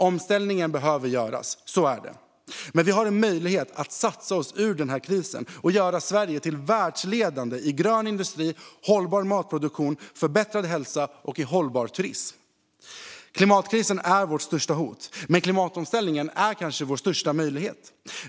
Omställningen behöver göras; så är det. Men vi har en möjlighet att satsa oss ur den här krisen och göra Sverige världsledande inom grön industri, hållbar matproduktion, förbättrad hälsa och hållbar turism. Klimatkrisen är vårt största hot, men klimatomställningen är kanske vår största möjlighet.